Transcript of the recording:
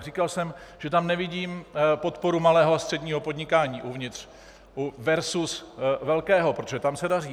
Říkal jsem, že tam nevidím podporu malého a středního podnikání uvnitř versus velkého, protože tam se daří.